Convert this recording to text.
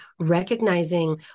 recognizing